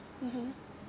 mmhmm